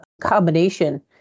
Combination